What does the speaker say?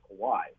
Kauai